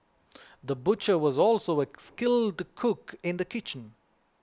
the butcher was also a skilled cook in the kitchen